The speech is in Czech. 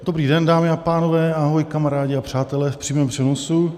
Dobrý den, dámy a pánové, ahoj kamarádi a přátelé v přímém přenosu.